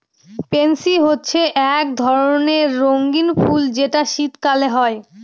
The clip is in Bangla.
পেনসি হচ্ছে এক ধরণের রঙ্গীন ফুল যেটা শীতকালে হয়